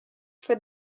for